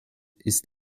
ist